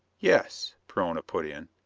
yes, perona put in.